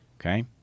Okay